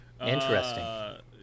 interesting